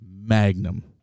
Magnum